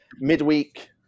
Midweek